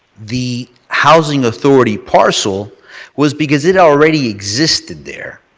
the housing authority parcel was because it already existed there.